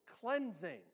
cleansing